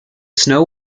snow